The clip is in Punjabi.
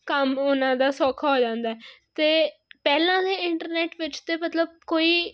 ਕੰਮ ਉਹਨਾਂ ਦਾ ਸੌਖਾ ਹੋ ਜਾਂਦਾ ਅਤੇ ਪਹਿਲਾਂ ਦੇ ਇੰਟਰਨੈਟ ਵਿੱਚ ਅਤੇ ਮਤਲਬ ਕੋਈ